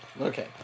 Okay